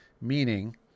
meaning